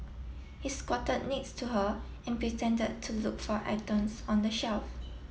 he squatted next to her and pretended to look for items on the shelf